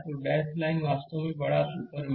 तो dash line वास्तव में बड़ा सुपर मेष है